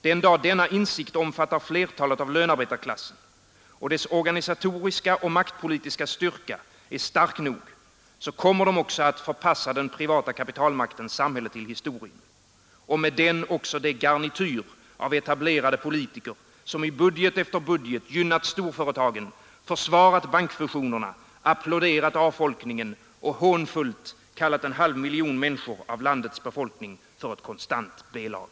Den dag då denna insikt omfattar flertalet av lönarbetarklassen och då dess organisatoriska och maktpolitiska styrka är stark nog kommer man också att förpassa den privata kapitalmaktens samhälle till historien — och med det också det garnityr av etablerade politiker, som i budget efter budget gynnat storföretagen, försvarat bankfusionerna, applåderat avfolkningen och hånfullt kallat en halv miljon människor av landets befolkning för ett konstant B-lag.